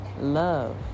love